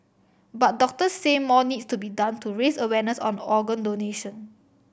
but doctors say more needs to be done to raise awareness on organ donation